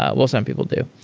ah well, some people do.